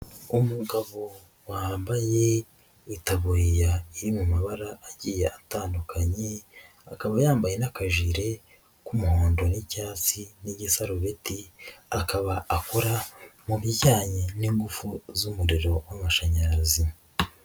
Umugabo wambaye itaburiya iri mu mabara agiye atandukanye akaba yambaye n'akajirire k'umuhondo n'icyatsi n'igisarubeti akaba akora mu bijyanye n'ingufu z'umuriro w'amashanyarazi.